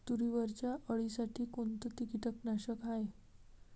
तुरीवरच्या अळीसाठी कोनतं कीटकनाशक हाये?